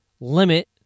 limit